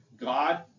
God